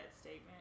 statement